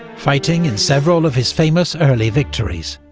fighting in several of his famous early victories.